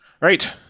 right